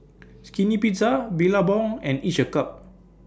Skinny Pizza Billabong and Each A Cup